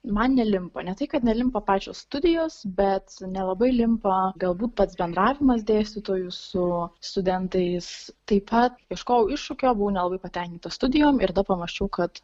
man nelimpa ne tai kad nelimpa pačios studijos bet nelabai limpa galbūt pats bendravimas dėstytojų su studentais taip pat ieškojau iššūkio buvau nelabai patenkinta studijom ir tada pamąsčiau kad